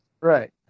right